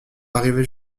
arrivait